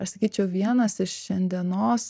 aš sakyčiau vienas iš šiandienos